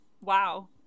Wow